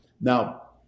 Now